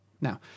Now